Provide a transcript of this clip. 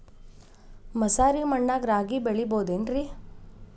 ಮಸಾರಿ ಮಣ್ಣಾಗ ರಾಗಿ ಬೆಳಿಬೊದೇನ್ರೇ?